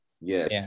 Yes